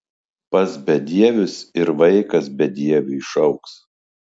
pas bedievius ir vaikas bedieviu išaugs